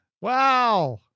Wow